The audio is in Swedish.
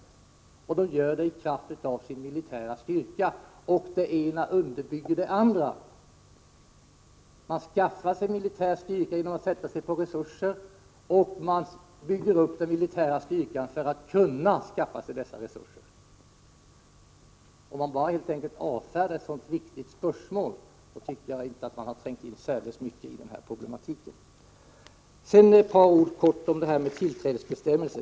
De rika länderna gör detta i kraft av sin militära styrka. Det ena underbygger det andra. Man skaffar sig militär styrka genom att sätta sig på resurser, och man bygger upp den militära styrkan för att kunna skaffa sig dessa resurser. Om ni bara helt enkelt avfärdar ett sådant viktigt spörsmål, då tycker jag inte att ni har trängt in särdeles mycket i den här problematiken. Sedan några få ord om detta med tillträdesbestämmelser.